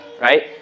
right